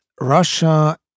Russia